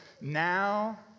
Now